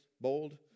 bold